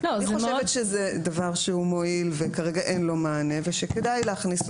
אני חושבת שזה דבר שהוא מועיל וכרגע אין לו מענה ושכדאי להכניס,